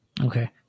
Okay